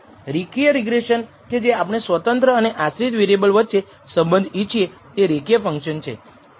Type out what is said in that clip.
રેખીય રિગ્રેસન કે જે આપણે સ્વતંત્ર અને આશ્રિત વેરિએબલ વચ્ચે સંબંધ ઈચ્છીએ તે રેખીય ફંક્શન છે